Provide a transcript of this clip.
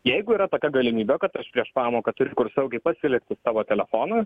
jeigu yra tokia galimybė kad aš prieš pamoką turiu kur saugiai pasilikti savo telefoną